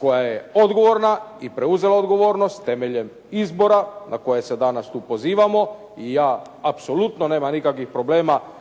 koja je odgovorna i preuzela odgovornost temeljem izbora na koje se danas tu pozivamo i ja apsolutno nema nikakvih problema